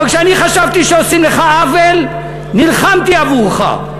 אבל כשאני חשבתי שעושים לך עוול, נלחמתי עבורך.